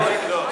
לא.